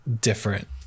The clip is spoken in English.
different